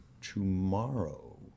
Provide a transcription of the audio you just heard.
tomorrow